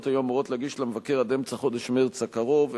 היו אמורות להגיש למבקר עד אמצע חודש מרס הקרוב,